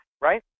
right